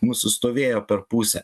mūsų stovėjo per pusę